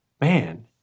Man